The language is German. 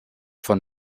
von